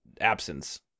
absence